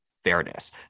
fairness